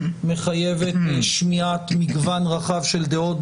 מחייבת שמיעת מגוון רחב של דעות,